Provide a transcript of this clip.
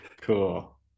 Cool